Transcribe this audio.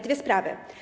Dwie sprawy.